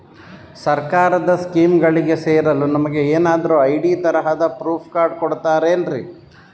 ಸರ್ಕಾರದ ಸ್ಕೀಮ್ಗಳಿಗೆ ಸೇರಲು ನಮಗೆ ಏನಾದ್ರು ಐ.ಡಿ ತರಹದ ಪ್ರೂಫ್ ಕಾರ್ಡ್ ಕೊಡುತ್ತಾರೆನ್ರಿ?